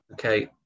okay